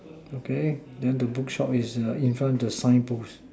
okay then the bookshop is in front the sign post